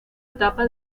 etapa